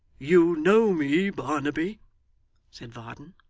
you know me, barnaby said varden.